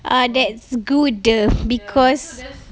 ah that's good because